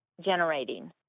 generating